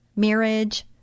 marriage